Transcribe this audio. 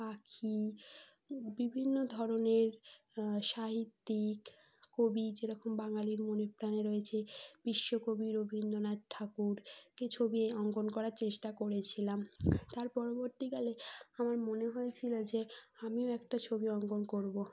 পাখি বিভিন্ন ধরনের সাহিত্যিক কবি যেরকম বাঙালির মনেপ্রাণে রয়েছে বিশ্বকবি রবীন্দ্রনাথ ঠাকুর কে ছবি অঙ্কন করার চেষ্টা করেছিলাম তার পরবর্তীকালে আমার মনে হয়েছিল যে আমিও একটা ছবি অঙ্কন করব